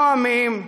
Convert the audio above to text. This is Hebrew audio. נואמים,